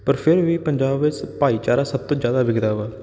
ਪਰ ਫਿਰ ਵੀ ਪੰਜਾਬ ਵਿੱਚ ਭਾਈਚਾਰਾ ਸਭ ਤੋਂ ਜ਼ਿਆਦਾ ਵਿਖਦਾ ਵਾ